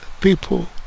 people